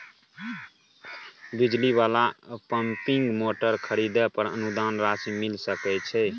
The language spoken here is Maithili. बिजली वाला पम्पिंग मोटर खरीदे पर अनुदान राशि मिल सके छैय?